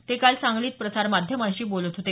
ते काल सांगलीत प्रसार माध्यमांशी बोलत होते